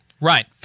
Right